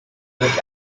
look